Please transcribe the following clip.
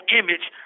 image